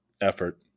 effort